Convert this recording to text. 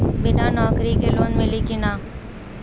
बिना नौकरी के लोन मिली कि ना?